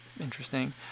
interesting